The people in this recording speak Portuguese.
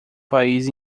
país